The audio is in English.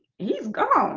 he's gone